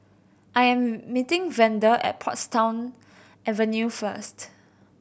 I am meeting Vander at Portsdown Avenue first